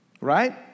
Right